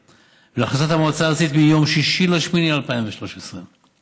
והחלטת המועצה הארצית מיום 6 באוגוסט 2013,